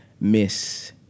miss